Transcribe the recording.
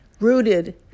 rooted